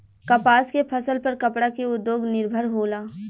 कपास के फसल पर कपड़ा के उद्योग निर्भर होला